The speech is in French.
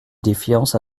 défiance